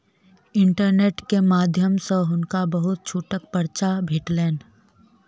internet के माध्यम सॅ हुनका बहुत छूटक पर्चा भेटलैन